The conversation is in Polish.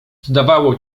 zdawało